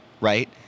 right